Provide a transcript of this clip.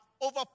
over